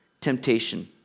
temptation